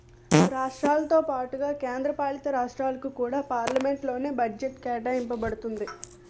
రాష్ట్రాలతో పాటుగా కేంద్ర పాలితరాష్ట్రాలకు కూడా పార్లమెంట్ లోనే బడ్జెట్ కేటాయింప బడుతుంది